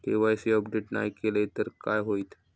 KYC update नाय केलय तर काय होईत?